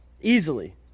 Easily